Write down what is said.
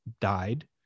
died